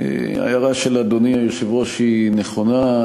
ההערה של אדוני היושב-ראש נכונה,